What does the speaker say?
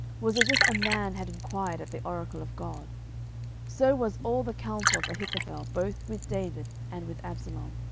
was as if a man had enquired at the oracle of god so was all the counsel of ahithophel both with david and with absalom.